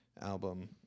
album